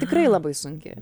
tikrai labai sunki